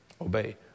Obey